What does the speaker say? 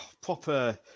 proper